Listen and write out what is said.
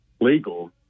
legal